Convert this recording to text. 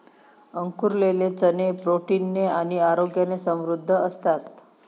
अंकुरलेले चणे प्रोटीन ने आणि आरोग्याने समृद्ध असतात